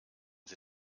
sie